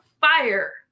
fire